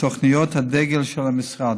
מתוכניות הדגל של המשרד,